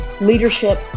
leadership